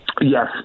Yes